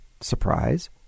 surprise